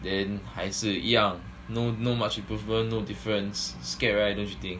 then 还是一样 no no much improvement no difference scared right don't you think